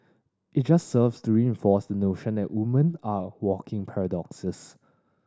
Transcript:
it just serves to reinforce the notion that woman are walking paradoxes